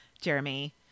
Jeremy